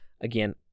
again